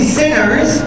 sinners